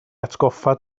atgoffa